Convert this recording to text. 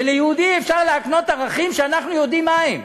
וליהודי אפשר להקנות ערכים, שאנחנו יודעים מה הם.